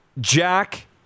Jack